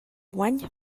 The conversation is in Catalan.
guany